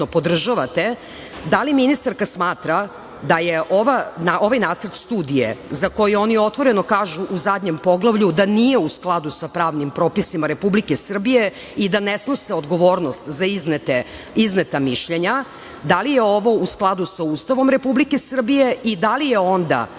podržavate, da li ministarka smatra da je ovaj nacrt studije, za koji oni otvoreno kažu u zadnjem poglavlju da nije u skladu sa pravnim propisima Republike Srbije i da ne snose odgovornost za izneta mišljenja, da li je ovo u skladu sa Ustavom Republike Srbije i da li je onda